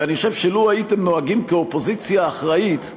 ואני חושב שלו הייתם נוהגים כאופוזיציה אחראית,